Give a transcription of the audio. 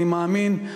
אני מאמין,